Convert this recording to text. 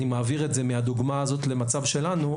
אני מעביר את זה מהדוגמה הזאת למצב שלנו,